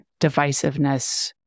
divisiveness